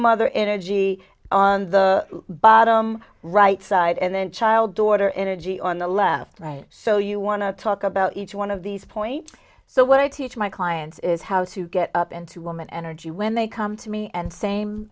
mother energy on the bottom right side and then child daughter energy on the left right so you want to talk about each one of these points so what i teach my clients is how to get up into a woman energy when they come to me and same